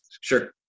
Sure